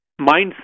mindset